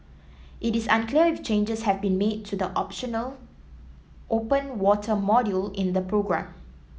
it is unclear if changes have been made to the optional open water module in the programme